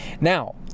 Now